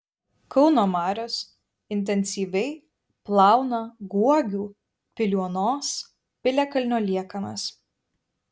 kauno marios intensyviai plauna guogių piliuonos piliakalnio liekanas